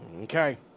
Okay